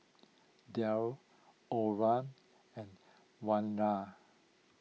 Daud Omar and Wira